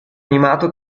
animato